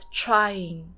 trying